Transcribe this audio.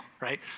right